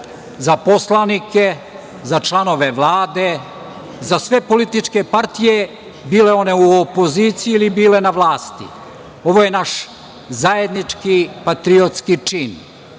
za poslanike, za članove Vlade, za sve političke partije bile one u opoziciji ili bile na vlasti, ovo je naš zajednički patriotski čin.